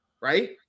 right